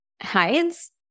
hides